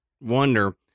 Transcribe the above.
wonder